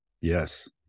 Yes